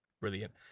brilliant